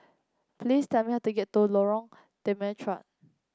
please tell me how to get to Lorong Temechut